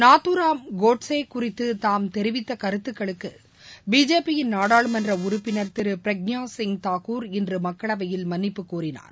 நாதராம் கோட்சே குறித்து தாம் தெரிவித்த கருத்துகளுக்கு பிஜேபியின் நாடாளுமன்ற உறப்பினர் திரு பிரக்யா சிங் தாகூர் இன்று மக்களவையில் மன்னிப்பு கோரினார்